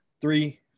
Three